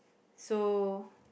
so